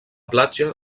platja